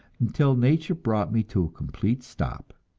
until nature brought me to a complete stop.